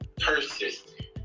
persistent